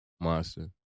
monster